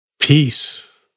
peace